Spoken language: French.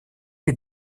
est